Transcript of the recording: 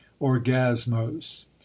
orgasmos